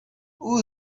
who